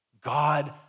God